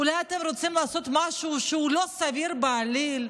אולי אתם רוצים לעשות משהו שהוא לא סביר בעליל?